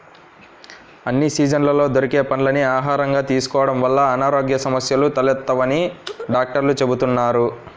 అన్ని సీజన్లలో దొరికే పండ్లని ఆహారంగా తీసుకోడం వల్ల అనారోగ్య సమస్యలు తలెత్తవని డాక్టర్లు చెబుతున్నారు